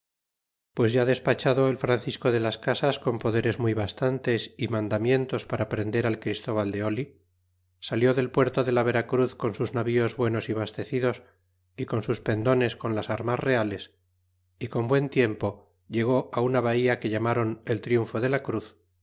pues ya despachado elfrancisco de las casas con poderes muy bastantes y mandamientos para prender al christóval de oli salió del puerto de la vera cruz con sus navíos buenos y bastecidos y con sus pendones con las armas reales y con buen tiempo llegó a una bahía que llameron el triunfo de la cruz